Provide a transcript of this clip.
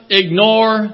ignore